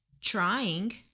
trying